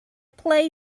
play